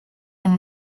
and